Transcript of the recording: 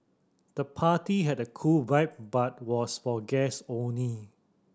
the party had a cool vibe but was for guest only